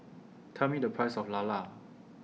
Tell Me The Price of Lala